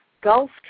Gulf